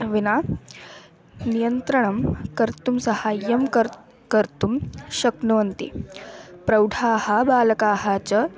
विना नियन्त्रणं कर्तुं सहायं कर् कर्तुं शक्नुवन्ति प्रौढाः बालकाः च